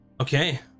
Okay